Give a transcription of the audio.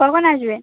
কখন আসবেন